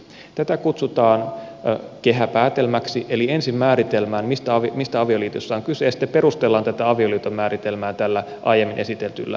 tätä kutsutaan kehäpäätelmäksi eli ensin määritellään mistä avioliitossa on kyse ja sitten perustellaan avioliiton määritelmää aiemmin esitetyllä määritelmällä